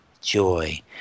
joy